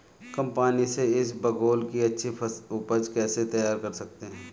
कम पानी से इसबगोल की अच्छी ऊपज कैसे तैयार कर सकते हैं?